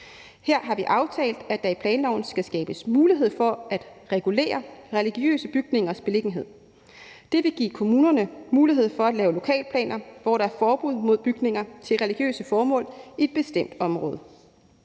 Her har vi aftalt, at der i planloven skal skabes mulighed for at regulere religiøse bygningers beliggenhed. Det vil give kommunerne mulighed for at lave lokalplaner, hvor der er forbud mod bygninger til religiøse formål i et bestemt område.